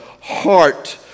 heart